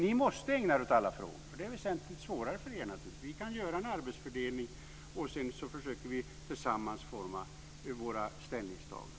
Ni måste ägna er alla frågor. Det är naturligtvis väsentligt svårare för er. Vi kan göra en arbetsfördelning och kan tillsammans försöka forma våra ställningstaganden.